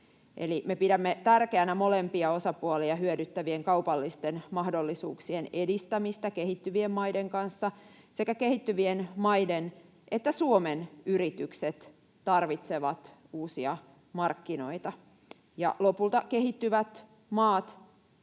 pidämme tärkeänä molempia osapuolia hyödyttävien kaupallisten mahdollisuuksien edistämistä kehittyvien maiden kanssa. Sekä kehittyvien maiden että Suomen yritykset tarvitsevat uusia markkinoita, ja lopulta kehittyvät maat